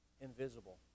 invisible